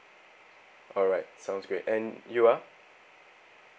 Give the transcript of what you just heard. alright sounds great and you are